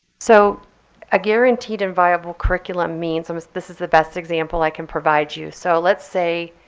so a guaranteed and viable curriculum means, and this is the best example i can provide you. so let's say